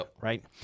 right